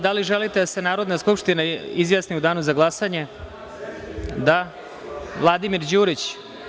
Da li želite da se Narodna skupština izjasni u Danu za glasanje? (Da.) Reč ima Vladimir Đurić.